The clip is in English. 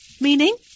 meaning